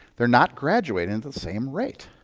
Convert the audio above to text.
they're not graduating at the same rate.